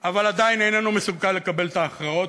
אבל עדיין איננו מוכן לקבל את ההכרעות,